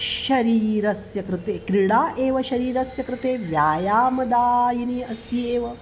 शरीरस्य कृते क्रीडा एव शरीरस्य कृते व्यायामदायिनी अस्ति एव